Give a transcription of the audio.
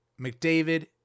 McDavid